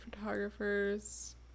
photographers